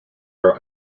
are